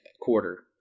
quarter